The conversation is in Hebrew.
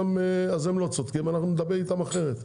הם לא צודקים ואנחנו נדבר איתם אחרת.